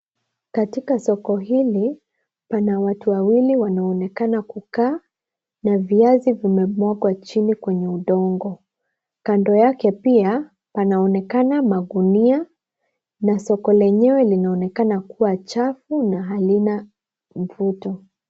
Katika soko hili, pana watu wawili wanaoonekana kukaa, na viazi vimemwagwa chini kwenye udongo. Kando yake pia, panaonekana magunia na soko lenyewe linaonekana kuwa chafu na halina mvuto.